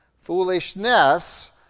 foolishness